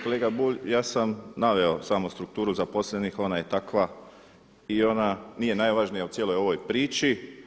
Kolega Bulj ja sam naveo samo strukturu zaposlenih, ona je takva i ona nije najvažnija u cijeloj ovoj priči.